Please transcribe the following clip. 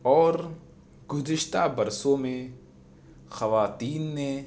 اور گذشتہ برسوں میں خواتین نے